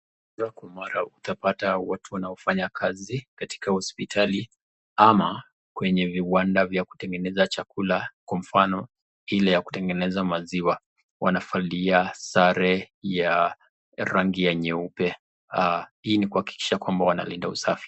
Mara kwa mara utapata watu wanaofanya kazi katika hosipitali ama kwenye viwanda vya kutengeza chakula kwa mfano ile yenye maziwa, wanavalia sare ya rangi ya nyeupe. Hii ni kuakikisha kwamba wanalinda usafi.